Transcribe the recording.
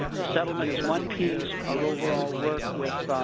the settlement is one piece, our overall work with